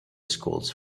schools